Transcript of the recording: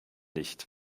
nicht